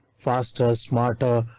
faster, smarter,